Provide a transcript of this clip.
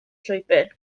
llwybr